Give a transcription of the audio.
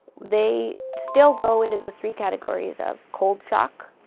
they still go into those three categories of cold shock